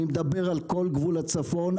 אני מדבר על כל גבול הצפון,